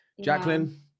jacqueline